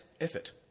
effort